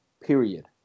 period